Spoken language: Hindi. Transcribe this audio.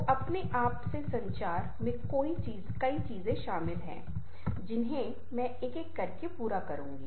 तो अपने आप से संचार में कई चीजें शामिल हैं जिन्हें मैं एक एक करके पूरा करूंगा